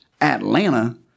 Atlanta